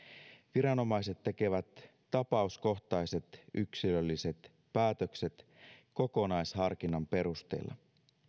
viranomaiset tekevät tapauskohtaiset yksilölliset päätökset kokonaisharkinnan perusteella